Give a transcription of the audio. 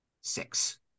six